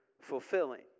fulfilling